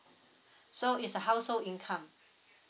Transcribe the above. so it's a household income